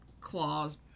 claws